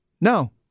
No